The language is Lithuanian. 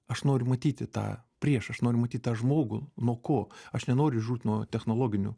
aš noriu matyti tą priešą aš nori matyt tą žmogų nuo ko aš nenoriu žūt nuo technologinių